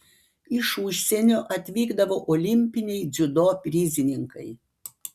iš užsienio atvykdavo olimpiniai dziudo prizininkai